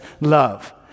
love